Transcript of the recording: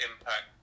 impact